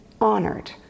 honored